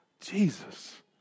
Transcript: Jesus